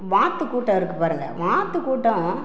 வாத்து கூட்டம் இருக்கு பாருங்கள் வாத்து கூட்டம்